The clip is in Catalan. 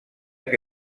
que